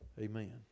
Amen